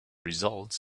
results